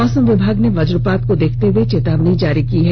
मौसम विभाग ने वज्रपात को देखते हुए चेतावनी जारी की है